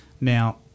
Now